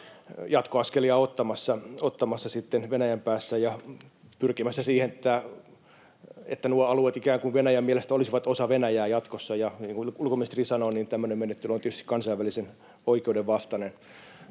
jatkoaskelia ottamassa Venäjän päässä ja pyrkimässä siihen, että nuo alueet ikään kuin Venäjän mielestä olisivat osa Venäjää jatkossa. Ja niin kuin ulkoministeri sanoi, tämmöinen menettely on tietysti kansainvälisen oikeuden vastainen.